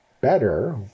better